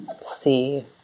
see